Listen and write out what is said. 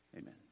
amen